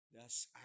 Yes